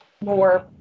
more